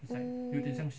mm